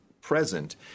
present